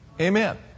Amen